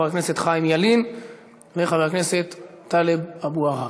חבר הכנסת חיים ילין וחבר הכנסת טלב אבו עראר.